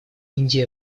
индия